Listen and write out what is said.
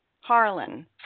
Harlan